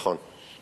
נכון.